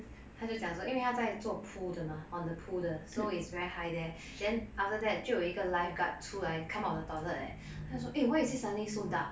她就讲说是因为她在做 pool 的吗 on the pool 的 so it's very high there then after that 就有一个 lifeguard 出来 come out of the toilet eh 她就说 why is it you suddenly so dark